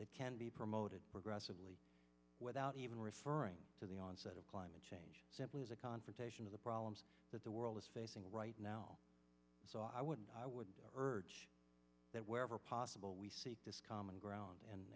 that can be promoted aggressively without even referring to the onset of climate change simply as a confrontation of the problems that the world is facing right now so i would i would urge that wherever possible we seek this common ground and